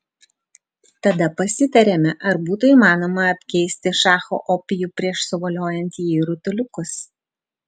tada pasitarėme ar būtų įmanoma apkeisti šacho opijų prieš suvoliojant jį į rutuliukus